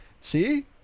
See